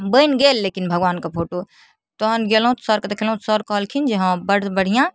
बनि गेल लेकिन भगवानके फोटो तहन गेलहुँ सरके देखेलहुँ सर कहलखिन जे हँ बड़ बढ़िआँ